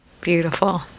Beautiful